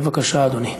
בבקשה, אדוני.